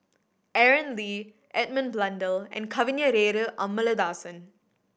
Aaron Lee Edmund Blundell and Kavignareru Amallathasan